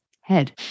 head